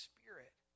Spirit